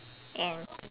and